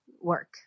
work